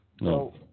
No